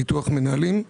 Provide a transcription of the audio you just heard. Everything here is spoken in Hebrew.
ביטוח מנהלים.